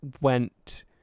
went